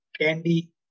candy